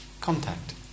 contact